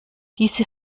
diese